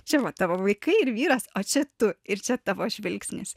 čia va tavo vaikai ir vyras o čia tu ir čia tavo žvilgsnis